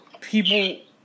People